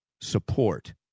support